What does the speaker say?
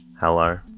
Hello